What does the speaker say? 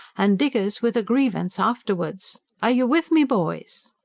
and diggers with a grievance afterwards. are you with me, boys